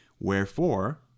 Wherefore